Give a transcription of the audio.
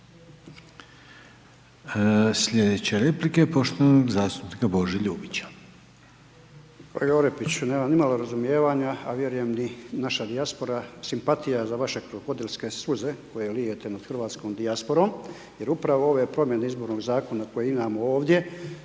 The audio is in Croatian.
Slijedeće replike poštovanog zastupnika Bože Ljubića.